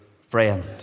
friend